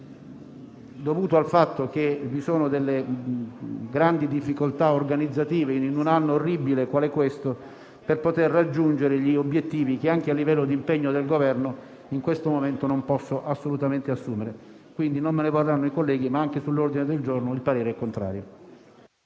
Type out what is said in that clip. per il fatto che vi sono delle grandi difficoltà organizzative, in un anno orribile quale quello corrente, per poter raggiungere gli obiettivi proposti che, anche a livello di impegno del Governo, in questo momento non posso assolutamente assumere. Non me ne vorranno i colleghi, ma anche sugli ordini del giorno il parere è quindi contrario.